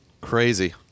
crazy